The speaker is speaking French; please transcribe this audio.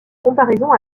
comparaison